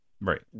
Right